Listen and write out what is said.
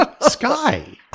sky